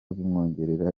bimwongerera